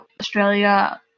Australia